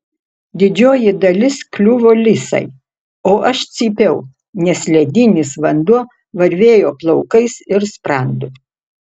didžioji dalis kliuvo lisai o aš cypiau nes ledinis vanduo varvėjo plaukais ir sprandu